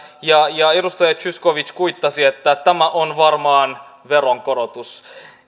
ja ja edustaja zyskowicz kuittasi että tämä on varmaan veronkorotus